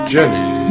Jenny